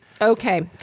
Okay